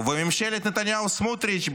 ובממשלת נתניהו-סמוטריץ,